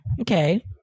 Okay